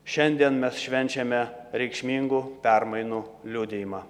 šiandien mes švenčiame reikšmingų permainų liudijimą